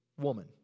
woman